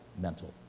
Mental